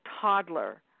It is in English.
toddler